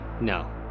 No